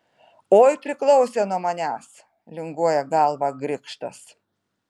oi priklausė nuo manęs linguoja galvą grikštas